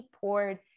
poured